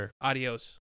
Adios